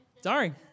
Sorry